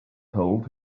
told